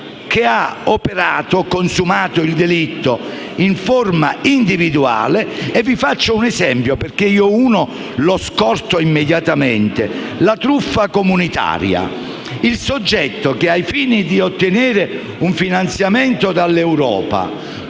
che ha consumato il delitto in forma individuale. Vi faccio un esempio, perché uno l'ho scorto immediatamente: la truffa comunitaria. Il soggetto che, ai fini di ottenere un finanziamento dall'Europa,